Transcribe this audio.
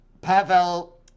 Pavel